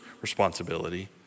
responsibility